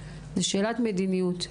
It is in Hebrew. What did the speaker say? זו שאלת מדיניות.